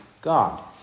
God